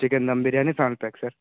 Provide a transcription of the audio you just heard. chicken dum biryani family pack sir